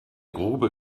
grube